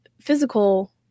physical